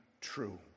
true